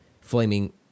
flaming